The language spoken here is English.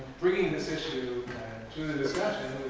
bringing this issue to the discussion.